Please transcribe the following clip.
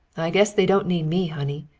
i guess they don't need me, honey.